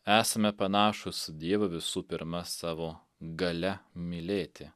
esame panašūs į dievą visų pirma savo galia mylėti